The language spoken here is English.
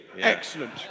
Excellent